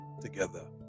together